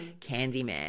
Candyman